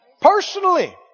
Personally